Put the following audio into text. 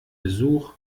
besuch